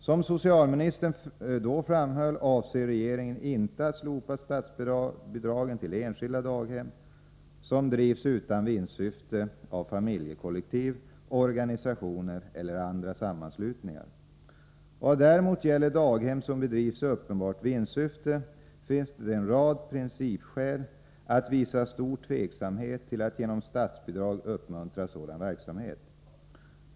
Som socialministern då framhöll avser regeringen inte att slopa statsbidragen till enskilda daghem som drivs utan vinstsyfte av familjekollektiv, organisationer eller andra sammanslutningar. Vad däremot gäller daghem som bedrivs i uppenbart vinstsyfte finns det en rad principskäl att visa stor tveksamhet till att genom statsbidrag uppmuntra sådan verksamhet.